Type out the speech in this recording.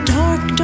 dark